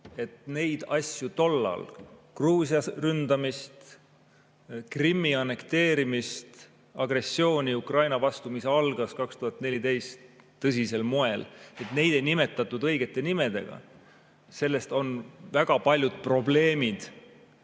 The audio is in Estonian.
et neid asju tollal – Gruusia ründamist, Krimmi annekteerimist, agressiooni Ukraina vastu, mis algas 2014 tõsisel moel – ei nimetatud õigete nimedega, on väga paljud probleemid